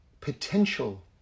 potential